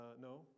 No